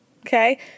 Okay